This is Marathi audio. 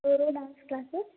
dance classes